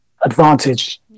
advantage